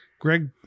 Greg